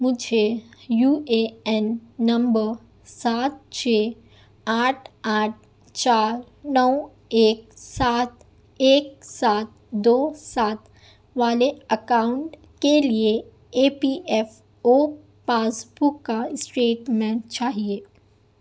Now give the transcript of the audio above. مجھے U A N نمبر سات چھ آٹھ آٹھ چار نو ایک سات ایک سات دو سات والے اکاؤنٹ کے لیے E P F O pass book کا اسٹیٹمنٹ چاہیے